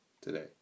today